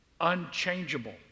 unchangeable